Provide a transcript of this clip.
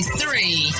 three